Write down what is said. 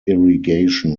irrigation